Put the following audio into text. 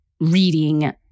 reading